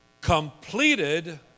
completed